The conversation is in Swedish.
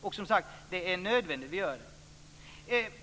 brottslighet. Det är nödvändigt att vi gör detta.